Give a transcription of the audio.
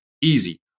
easy